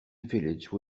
village